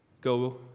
go